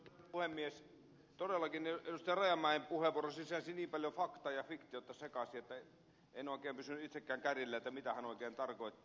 rajamäen puheenvuoro sisälsi niin paljon faktaa ja fiktiota sekaisin että en oikein pysynyt itsekään kärryillä mitä hän oikein tarkoittaa